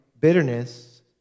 Bitterness